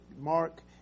Mark